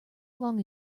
long